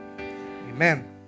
amen